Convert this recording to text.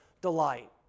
delight